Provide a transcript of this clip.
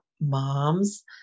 moms